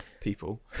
people